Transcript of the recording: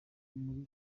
muri